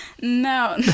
no